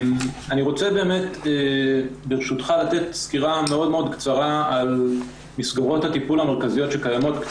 אני רוצה ברשותך לתת סקירה קצרה על מסגרות הטיפול המרכזיות שקיימות,